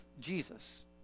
Jesus